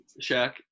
Shaq